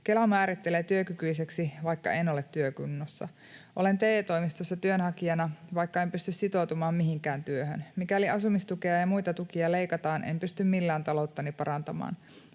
Kela määrittelee työkyiseksi, vaikka en ole työkunnossa. Olen TE-toimistossa työnhakijana, vaikka en pysty sitoutumaan mihinkään työhön. Mikäli asumistukea ja muita tukia leikataan, en pysty millään talouttani parantamaan.